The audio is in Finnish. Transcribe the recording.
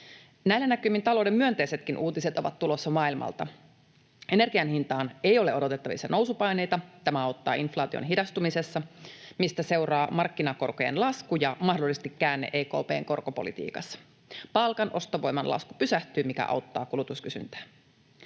Näillä näkymin talouden myönteisetkin uutiset ovat tulossa maailmalta. Energian hintaan ei ole odotettavissa nousupaineita. Tämä auttaa inflaation hidastumisessa, mistä seuraa markkinakorkojen lasku ja mahdollisesti käänne EKP:n korkopolitiikassa. Palkan ostovoiman lasku pysähtyy, mikä auttaa kulutuskysyntään.